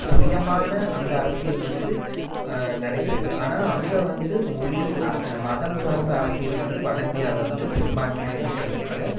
சுயமான அந்த அரசியல் வந்து நடைபெறுது ஆனால் அங்கே வந்து மொழி மதம் சார்ந்த அரசியல் வந்து வட இந்தியாவில் வந்து பெரும்பான்மையாக இருக்கிறதுனால